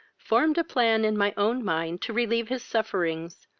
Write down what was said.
formed a plan in my own mind to relieve his sufferings,